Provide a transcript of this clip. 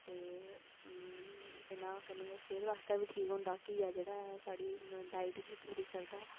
ते केह् नां कन्नै सेह्त आस्तै बी ठीक होंदा घीया जेह्ड़ा ऐ साढ़ी डाइट बी पूरी करदा ऐ